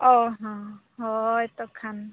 ᱚ ᱦᱮᱸ ᱦᱳᱭ ᱛᱚ ᱠᱷᱟᱱ